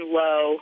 low